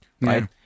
right